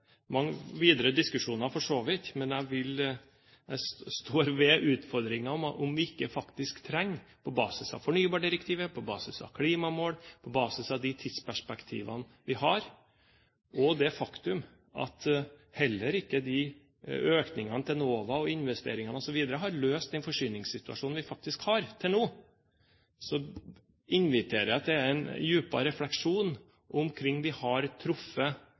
mange videre diskusjoner, men jeg står ved utfordringen. På basis av fornybardirektivet, på basis av klimamål, på basis av de tidsperspektivene vi har, og det faktum at heller ikke økningene til Enova, investeringene osv. har løst den forsyningssituasjonen vi faktisk har, til nå, så inviterer jeg til en dypere refleksjon omkring hvorvidt vi har truffet